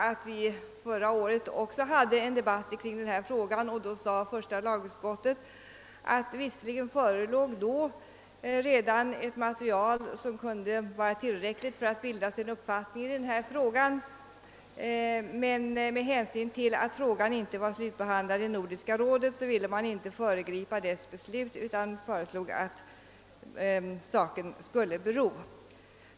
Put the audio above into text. Och även förra året behandlades ju frågan, varvid första lagutskottet uttalade att det visserligen förelåg ett material som kunde vara tillräckligt för att man skulle kunna bilda sig en uppfattning i frågan men att utskottet, med hänsyn till att ärendet inte var slutbehandlat i Nordiska rådet, inte ville föregripa rådets beslut utan föreslog att saken skulle bero.